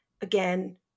again